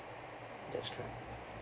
that's right